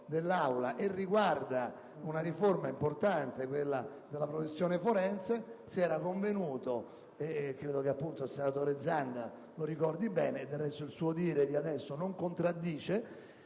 dell'Assemblea e riguarda una riforma importante quale quella della professione forense, si era convenuto - e credo che il senatore Zanda lo ricordi bene, e del resto il suo dire di adesso non contraddice